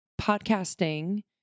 podcasting